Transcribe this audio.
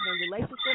relationship